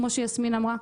כמו שיסמין אמרה,